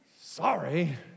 sorry